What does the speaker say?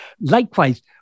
Likewise